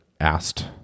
asked